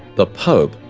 the pope,